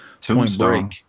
tombstone